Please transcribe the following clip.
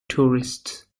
tourists